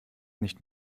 nicht